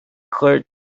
court